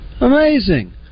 Amazing